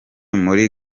muri